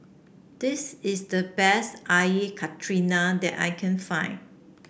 this is the best Air Karthira that I can find